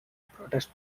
protest